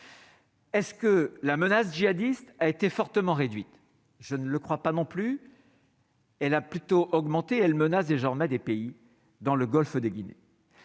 Est ce que la menace jihadiste a été fortement réduite, je ne le crois pas non plus. Elle a plutôt augmenté, elle menace désormais des pays dans le Golfe de Guinée.